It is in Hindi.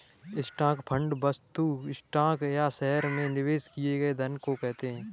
स्टॉक फंड वस्तुतः स्टॉक या शहर में निवेश किए गए धन को कहते हैं